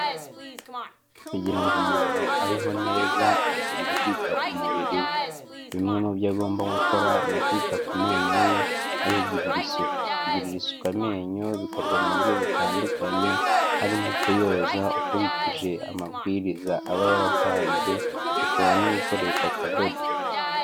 Kugira ngo umuntu abeho neza, agomba kwita ku mubiri we, bimwe mu byo agomba gukora ni ukwita ku menyo ye, ayagirira isuku, kugirira isuku amenyo bikorwa mu buryo butandukanye, harimo kuyoza ukurikije amabwiriza aba yaratanzwe, ushobora no gukoresha akadodo.